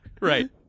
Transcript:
Right